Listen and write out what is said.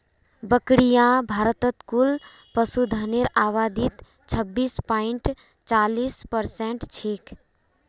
बकरियां भारतत कुल पशुधनेर आबादीत छब्बीस पॉइंट चालीस परसेंट छेक